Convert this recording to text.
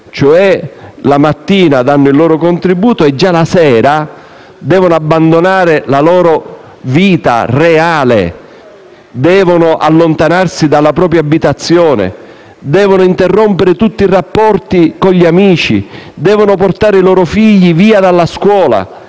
cui la mattina danno il loro contributo e già la sera devono abbandonare la loro vita reale e il loro lavoro: allontanarsi dalla propria abitazione, interrompere tutti i rapporti con gli amici, portare i loro figli via dalla scuola